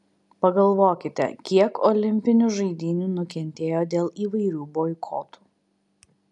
pagalvokite kiek olimpinių žaidynių nukentėjo dėl įvairių boikotų